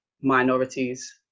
minorities